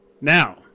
Now